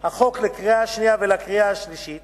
החוק לקריאה שנייה ולקריאה שלישית